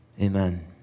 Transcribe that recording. amen